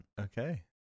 Okay